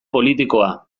politikoa